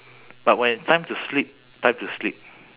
but when it time to sleep time to sleep